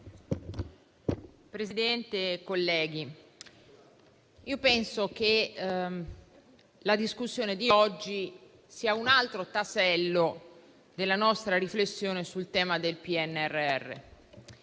Presidente, colleghi, penso che la discussione di oggi sia un altro tassello della nostra riflessione sul tema del PNRR,